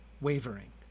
wavering